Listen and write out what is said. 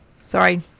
Sorry